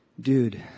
dude